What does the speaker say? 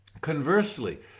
Conversely